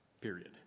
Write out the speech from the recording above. period